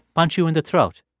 punch you in the throat.